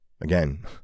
again